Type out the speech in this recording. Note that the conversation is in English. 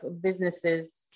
businesses